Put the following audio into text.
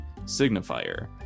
signifier